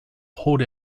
hold